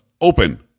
open